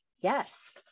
yes